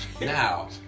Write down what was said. Now